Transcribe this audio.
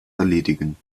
erledigen